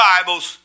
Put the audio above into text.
Bibles